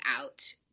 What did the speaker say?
out